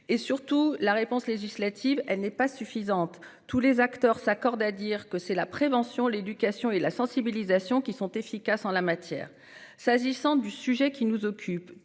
... Surtout, une réponse législative n'est pas suffisante : tous les acteurs s'accordent à dire que c'est la prévention, l'éducation et la sensibilisation qui sont efficaces en la matière. S'agissant du sujet qui nous occupe,